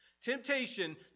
Temptation